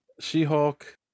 she-hulk